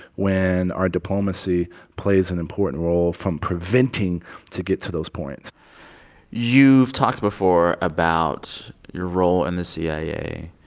when our diplomacy plays an important role from preventing to get to those points you've talked before about your role in the cia,